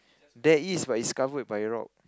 there is but it's covered by a rock